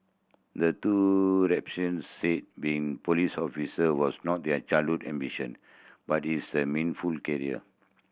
the two said being police of was not their childhood ambition but it's the meaningful career